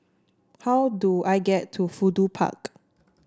how do I get to Fudu Park